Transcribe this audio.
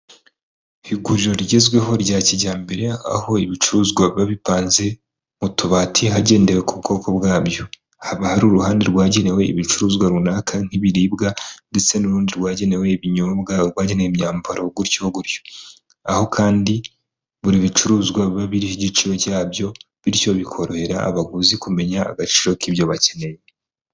Iguriro rigezweho rya kijyambere, aho ibicuruzwa biba bipanze mu tubati hagendewe ku bwoko bwabyo, haba hari uruhande rwagenewe ibicuruzwa runaka nk'ibiribwa ndetse n'urundi rwagenewe ibinyobwa, urwagenewe imyambaro gutyo gutyo, aho kandi buri bicuruzwa biba biriho igiciro cyabyo, bityo bikorohera abaguzi kumenya agaciro k'ibyo bakeneye.